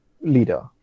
leader